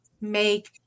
make